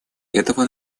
этого